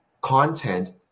content